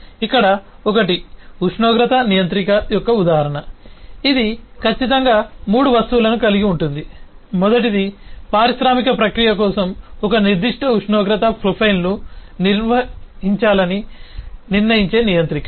ఇక్కడ ఒకటి ఉష్ణోగ్రత నియంత్రిక యొక్క ఉదాహరణ ఇది ఖచ్చితంగా మూడు వస్తువులను కలిగి ఉంటుంది మొదటిది పారిశ్రామిక ప్రక్రియ కోసం ఒక నిర్దిష్ట ఉష్ణోగ్రత ప్రొఫైల్ను నిర్వహించాలని నిర్ణయించే నియంత్రిక